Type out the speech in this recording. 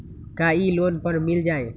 का इ लोन पर मिल जाइ?